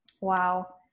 Wow